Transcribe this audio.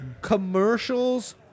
commercials